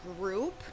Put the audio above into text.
group